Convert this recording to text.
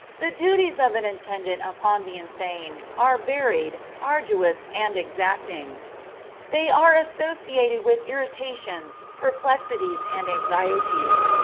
the duties of an attendant upon the insane are varied, arduous, and exacting they are associated with irritations, perplexities, and anxieties,